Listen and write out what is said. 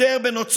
מי?